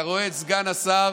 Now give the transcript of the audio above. אתה רואה את סגן השר